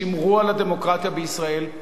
שמרו על הדמוקרטיה בישראל,